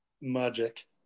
Magic